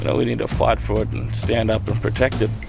and we need to fight for it and stand up and protect it.